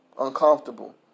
Uncomfortable